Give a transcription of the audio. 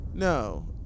No